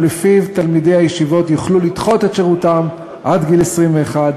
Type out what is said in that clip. ולפיו תלמידי הישיבות יוכלו לדחות את שירותם עד גיל 21,